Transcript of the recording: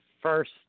first